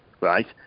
right